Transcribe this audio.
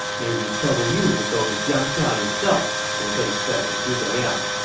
may we trouble you to go to jiangxia yourself? liu bei said to zhuge liang.